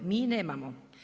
Mi nemamo.